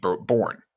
born